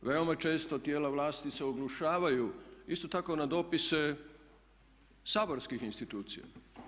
Veoma često tijela vlasti se oglušavaju isto tako na dopise saborskih institucija.